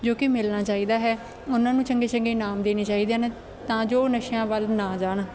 ਜੋ ਕਿ ਮਿਲਣਾ ਚਾਹੀਦਾ ਹੈ ਉਹਨਾਂ ਨੂੰ ਚੰਗੇ ਚੰਗੇ ਇਨਾਮ ਦੇਣੇ ਚਾਹੀਦੇ ਹਨ ਤਾਂ ਜੋ ਨਸ਼ਿਆਂ ਵੱਲ ਨਾ ਜਾਣ